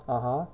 (uh huh)